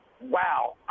wow